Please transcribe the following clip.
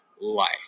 life